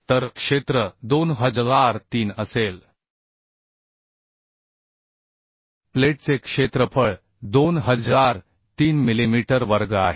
तर क्षेत्र 2003 असेल प्लेटचे क्षेत्रफळ 2003 मिलीमीटर वर्ग आहे